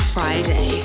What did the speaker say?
Friday